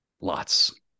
Lots